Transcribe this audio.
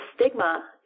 stigma